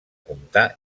comptar